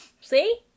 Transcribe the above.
See